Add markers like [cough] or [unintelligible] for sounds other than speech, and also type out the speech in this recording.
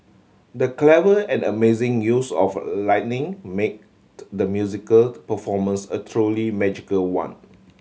the clever and amazing use of lighting made [unintelligible] the musical performance a truly magical one